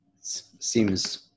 Seems